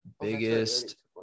Biggest